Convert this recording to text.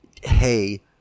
hey